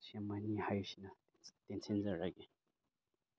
ꯁꯤ ꯑꯃꯅꯤ ꯍꯥꯏꯁꯤꯅ ꯇꯦꯟꯁꯤꯟꯖꯔꯒꯦ